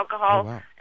alcohol